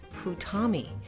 Futami